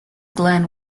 glen